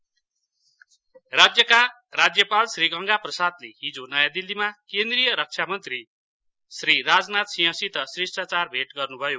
राज्यपाल राज्यका राज्यपाल श्री गङ्गाप्रसादले हिजो नयाँ दिल्लीमा केन्द्रिय रक्षा मन्त्री श्री राजनाथ सिंहसित शिष्टाचार भेट गर्नुभयो